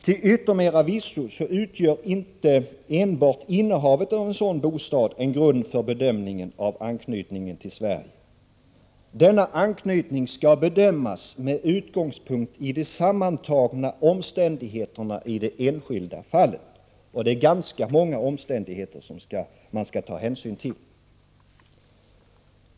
Till yttermera visso utgör inte enbart innehavet av en sådan bostad en grund för bedömningen av anknytningen till Sverige. Anknytningen skall bedömas med utgångspunkt i de sammantagna omständigheterna i det enskilda fallet, och det är ganska många omständigheter som man skall ta hänsyn till.